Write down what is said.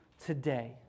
Today